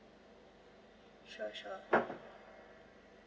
sure sure